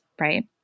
right